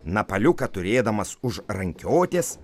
napaliuką turėdamas už rankiotės